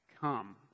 come